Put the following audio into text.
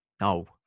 No